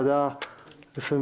תודה רבה ליועצת המשפטית של הוועדה.